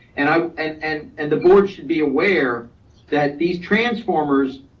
and um and and and the board should be aware that these transformers,